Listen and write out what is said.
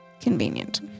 Convenient